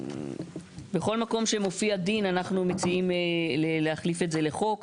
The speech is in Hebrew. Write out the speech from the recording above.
בכל מקום שמופיע "דין" אנחנו מציעים להחליף את זה ל"חוק".